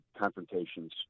confrontations